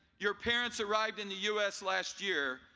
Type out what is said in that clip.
your parents arrived in the us last year,